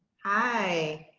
hi.